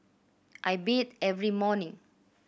I bathe every morning